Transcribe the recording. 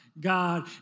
God